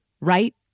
Right